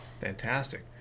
fantastic